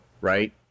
right